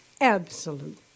absolute